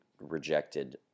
rejected